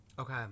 Okay